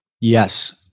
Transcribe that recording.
Yes